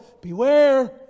beware